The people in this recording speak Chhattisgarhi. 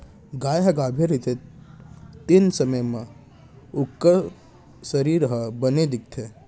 गाय ह गाभिन रथे तेन समे म ओकर सरीर ह बने दिखथे